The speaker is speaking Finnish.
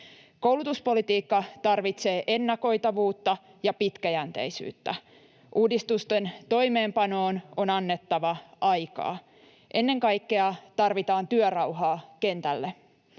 Koulutuspolitiikka tarvitsee ennakoitavuutta ja pitkäjänteisyyttä. Uudistusten toimeenpanoon on annettava aikaa. Ennen kaikkea tarvitaan työrauhaa kentälle.